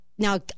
Now